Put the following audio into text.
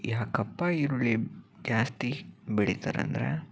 ಯಾಕಪ್ಪ ಈರುಳ್ಳಿ ಜಾಸ್ತಿ ಬೆಳೀತಾರೆ ಅಂದರೆ